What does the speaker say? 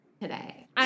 today